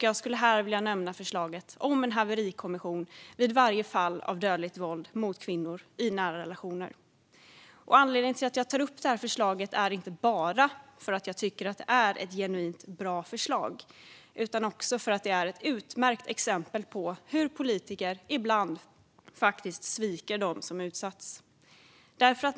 Jag skulle här vilja nämna förslaget om en haverikommission vid varje fall av dödligt våld mot kvinnor i nära relationer. Anledningen till att jag tar upp det här förslaget är inte bara att jag tycker att det är genuint bra, utan också för att det är ett utmärkt exempel på hur politiker ibland faktiskt sviker dem som utsatts.